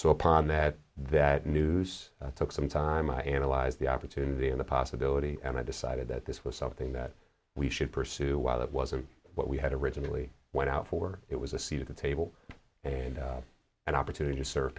so upon that that news took some time i analyzed the opportunity in the possibility and i decided that this was something that we should pursue why that wasn't what we had originally went out for it was a seat at the table and an opportunity to s